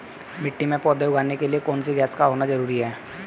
मिट्टी में पौधे उगाने के लिए कौन सी गैस का होना जरूरी है?